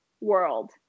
world